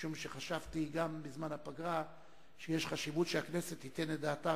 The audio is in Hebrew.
משום שחשבתי גם בזמן הפגרה שיש חשיבות שהכנסת תיתן את דעתה,